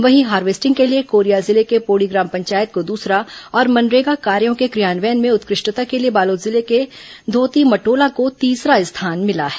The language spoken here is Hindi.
वहीं हार्वेस्टिंग के लिए कोरिया जिले के पोड़ी ग्राम पंचायत को दूसरा और मनरेगा कार्यो के क्रियान्वयन में उत्कृष्टता के लिए बालोद जिले के धोतीमटोला को तीसरा स्थान मिला है